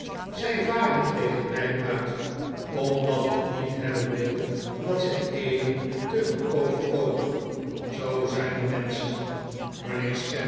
zij varen tegen mij uit omdat ik niet hebben wil dat zij eden te goedkoop verkoopen zoo zijn de menschen